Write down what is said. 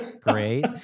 great